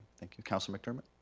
thank you. councilor mcdermott?